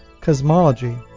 cosmology